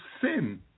sin